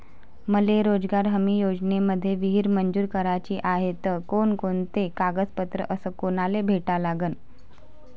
मले रोजगार हमी योजनेमंदी विहीर मंजूर कराची हाये त कोनकोनते कागदपत्र अस कोनाले भेटा लागन?